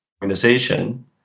organization